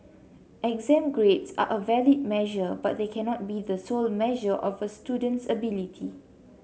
exam grades are a valid measure but they cannot be the sole measure of a student's ability